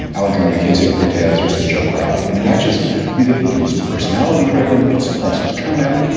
and alexandra kuzio, cortez versus joe crowley. i mean, that's just you get it becomes personality driven. it suppresses turnout.